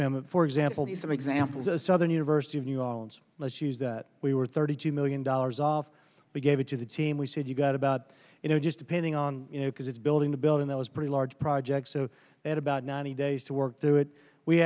ma'am for example the some examples a southern university of new orleans most years that we were thirty two million dollars off we gave it to the team we said you've got about you know just depending on you know because it's building the building that was pretty large project so that about ninety days to work through it we